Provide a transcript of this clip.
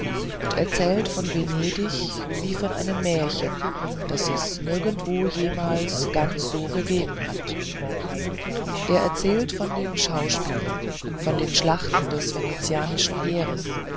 und erzählt von venedig wie von einem märchen das es nirgendwo jemals ganz so gegeben hat er erzählt von den schauspielen von den schlachten des venetianischen heeres